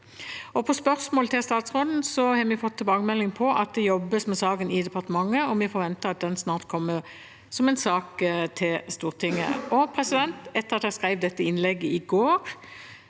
På spørsmål til statsråden har vi fått tilbakemelding om at det jobbes med saken i departementet, og vi forventer at den snart kommer som en sak til Stortinget. Etter at jeg skrev dette innlegget i går,